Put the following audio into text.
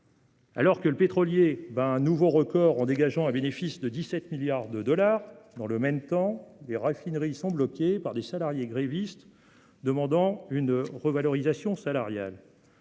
Alors que le pétrolier battait un nouveau record en dégageant un bénéfice de 17 milliards de dollars, ses raffineries étaient bloquées par des salariés grévistes demandant une revalorisation salariale.